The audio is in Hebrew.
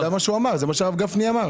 זה מה שאמר הרב גפני.